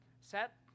set